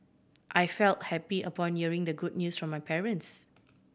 I felt happy upon hearing the good news from my parents